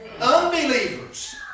Unbelievers